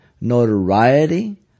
notoriety